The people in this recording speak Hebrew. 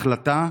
החלטה,